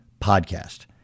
podcast